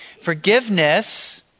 Forgiveness